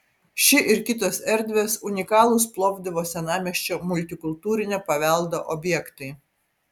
ši ir kitos erdvės unikalūs plovdivo senamiesčio multikultūrinio paveldo objektai